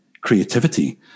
creativity